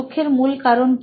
দুঃখের মূল কারণ কি